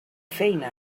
feina